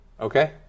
Okay